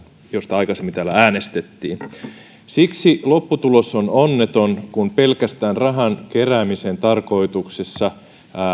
josta aikaisemmin täällä äänestettiin siksi lopputulos on onneton kun pelkästään rahan keräämisen tarkoituksessa